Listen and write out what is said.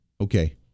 Okay